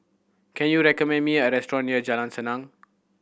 can you recommend me a restaurant near Jalan Senang